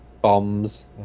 Bombs